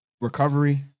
recovery